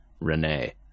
Rene